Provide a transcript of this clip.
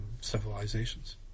civilizations